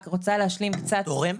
תורם?